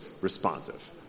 responsive